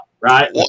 Right